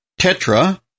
Tetra